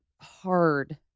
hard